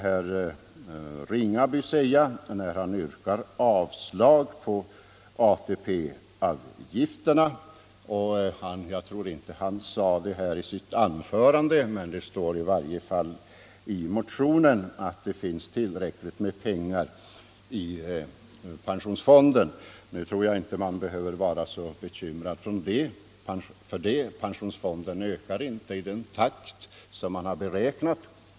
Onsdagen den "När SÖdan” herr Ringaby yrkade avslag på förslaget Om finansiering 4 december 1974 via ATP-avgifterna sade han väl inte direkt att det finns tillräckligt med pengar i pensionsfonden, men det står i varje fall i moderaternas motion. — Sänkning av den Och jag tycker inte att man skall vara så alldeles säker på att det finns — allmänna pensionstillräckligt med pengar, ty pensionsfonden ökar inte i den takt som var = åldern, m.m. beräknat.